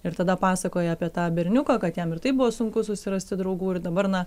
ir tada pasakoja apie tą berniuką kad jam ir taip buvo sunku susirasti draugų ir dabar na